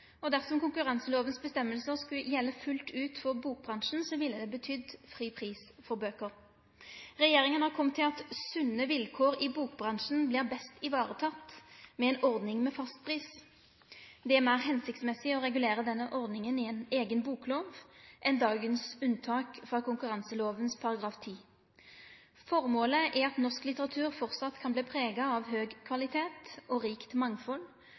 Dersom føresegnene i konkurranselova skulle gjelde fullt ut for bokbransjen, ville det bety fri pris på bøker. Regjeringa har kome til at sunne vilkår i bokbransjen vert best varetekne med ei ordning med fastpris. Det er meir hensiktsmessig å regulere denne ordninga i ei eiga boklov enn gjennom dagens unntak frå konkurranselova § 10. Formålet er at norsk litteratur framleis kan verte prega av høg kvalitet og rikt mangfald,